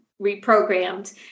reprogrammed